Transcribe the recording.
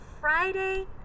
Friday